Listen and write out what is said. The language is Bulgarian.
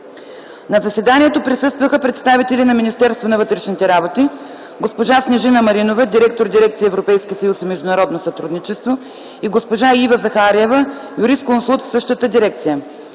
На заседанието присъстваха представители на Министерството на вътрешните работи – госпожа Снежина Маринова, директор на Дирекция „Европейски съюз и международно сътрудничество” и госпожа Ива Захариева, юрисконсулт в същата дирекция.